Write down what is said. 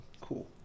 cool